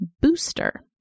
booster